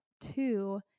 Two